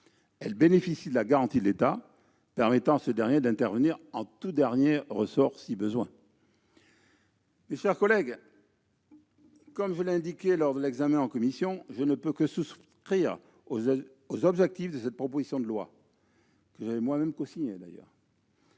Elle bénéficie de la garantie de l'État, permettant à ce dernier d'intervenir en tout dernier ressort si besoin. Mes chers collègues, comme je l'ai indiqué lors de l'examen en commission, je ne puis que souscrire aux objectifs de cette proposition de loi ; je l'avais d'ailleurs